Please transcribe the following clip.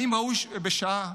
האם ראוי שבשעה